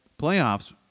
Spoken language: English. Playoffs